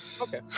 Okay